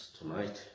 tonight